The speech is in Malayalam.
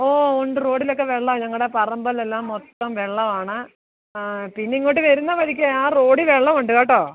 ഓ ഉണ്ട് റോഡിലൊക്കെ വെള്ളമാണ് ഞങ്ങളുടെ പറമ്പിലെല്ലാം മൊത്തം വെള്ളമാണ് പിന്നെ ഇങ്ങോട്ട് വരുന്ന വഴിക്ക് ആ റോഡിൽ വെള്ളമുണ്ട് കേട്ടോ